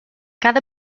cada